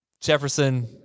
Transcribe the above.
Jefferson